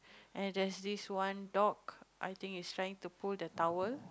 and there's this one dog I think it's trying to pull the towel